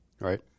right